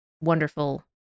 wonderful